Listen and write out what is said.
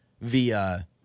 via